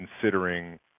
considering